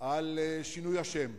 על שינוי השם.